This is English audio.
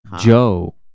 Joe